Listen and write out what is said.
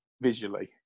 visually